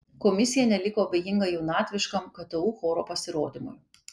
komisija neliko abejinga jaunatviškam ktu choro pasirodymui